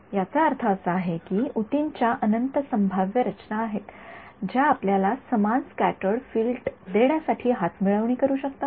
याचा अर्थ असा की ऊतींच्या अनंत संभाव्य संरचना आहेत ज्या आपल्याला समान स्क्याटर्ड फील्ड देण्यासाठी हातमिळवणी करू शकतात